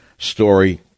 story